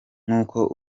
nk’uko